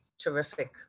terrific